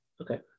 Okay